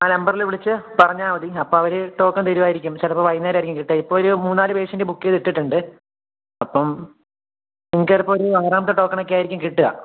ആ നമ്പറില് വിളിച്ച് പറഞ്ഞാല് മതി അപ്പോള് അവര് ടോക്കൺ തരുമായിരിക്കും ചിലപ്പോള് വൈകുന്നേരമായിരിക്കും കിട്ടുക ഇപ്പോഴൊരു മൂന്നുനാല് പേഷ്യൻ്റ് ബുക്ക് ചെയ്തിട്ടിട്ടുണ്ട് അപ്പം നിങ്ങള്ക്ക് ചിലപ്പോഴൊരു ഒരാറാമത്തെ ടോക്കണൊക്കെയായിരിക്കും കിട്ടുക